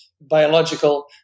biological